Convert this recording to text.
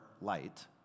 light